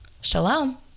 Shalom